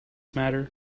matter